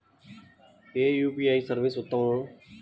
ఏ UPI service ఉత్తమము?